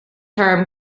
term